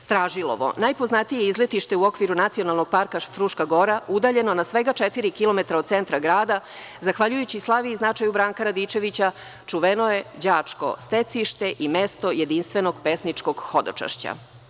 Stražilovo – najpoznatije izletište u okviru Nacionalnog parka Fruška Gora, udaljeno na svega 4 km od centra grada, zahvaljujući slavi i značaju Branka Radičevića, čuveno je đačko stecište i mesto jedinstvenog pesničkog hodočašća.